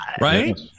right